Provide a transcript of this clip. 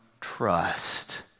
trust